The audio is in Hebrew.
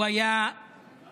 הוא היה אמיץ,